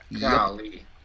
Golly